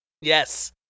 yes